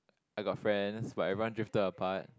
I got friends but everyone drifted apart